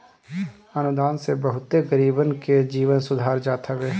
अनुदान से बहुते गरीबन के जीवन सुधार जात हवे